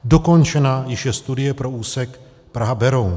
Dokončena již je studie pro úsek PrahaBeroun.